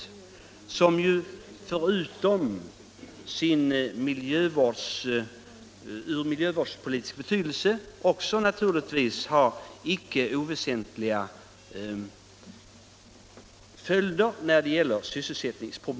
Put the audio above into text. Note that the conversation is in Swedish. Förutom att den föreslagna höjningen av anslaget har miljövårdspolitisk betydelse får den naturligtvis en icke oväsentlig inverkan på sysselsättningen.